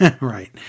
Right